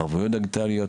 ערבויות דיגיטליות,